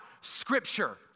Scripture